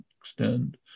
extend